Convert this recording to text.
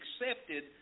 accepted